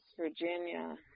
Virginia